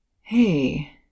hey